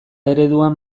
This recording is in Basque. ereduan